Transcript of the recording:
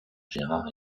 gérard